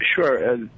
Sure